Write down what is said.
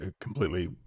completely